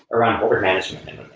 around corporate management.